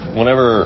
Whenever